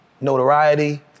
notoriety